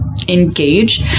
engage